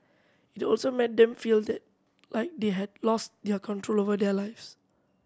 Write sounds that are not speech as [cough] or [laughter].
it also made them feel [unintelligible] like they had lost their control over their lives